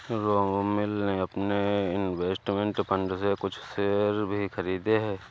रोमिल ने अपने investment fund से कुछ शेयर भी खरीदे है